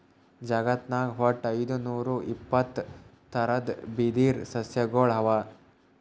ಜಗತ್ನಾಗ್ ವಟ್ಟ್ ಐದುನೂರಾ ಐವತ್ತ್ ಥರದ್ ಬಿದಿರ್ ಸಸ್ಯಗೊಳ್ ಅವಾ